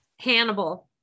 Hannibal